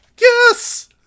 Yes